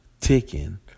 ticking